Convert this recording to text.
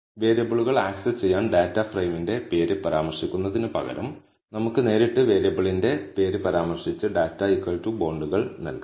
വേരിയബിളുകൾ ആക്സസ് ചെയ്യാൻ ഡാറ്റ ഫ്രെയിമിന്റെ പേര് പരാമർശിക്കുന്നതിന് പകരം നമുക്ക് നേരിട്ട് വേരിയബിളിന്റെ പേര് പരാമർശിച്ച് ഡാറ്റ ബോണ്ടുകൾ നൽകാം